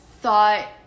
thought